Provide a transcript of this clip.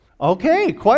Okay